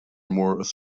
more